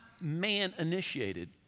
man-initiated